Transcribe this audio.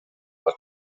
but